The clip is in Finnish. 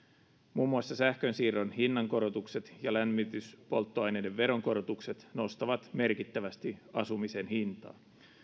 muun muassa sähkönsiirron hinnankorotukset ja lämmityspolttoaineiden veronkorotukset nostavat merkittävästi asumisen hintaa